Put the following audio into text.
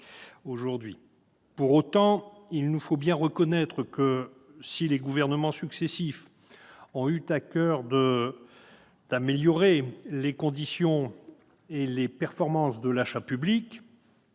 Pour autant, il nous faut bien reconnaître que, si les gouvernements successifs ont eu à coeur d'améliorer la performance de l'achat public,